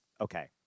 okay